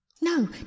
No